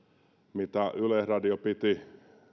mitä yleisradio piti